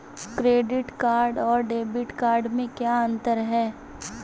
Credit card और debit card में क्या अंतर है?